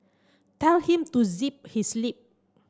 tell him to zip his lip